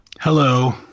Hello